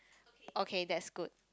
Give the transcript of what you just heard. okay that's good